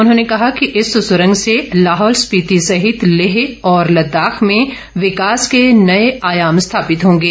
उन्होंने कहा कि इस सुरंग से लाहौल स्पीति सहित लेह और लददाख में विकास के नए आयाम स्थापित होंगे